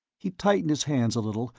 he tightened his hands a little,